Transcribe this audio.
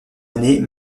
année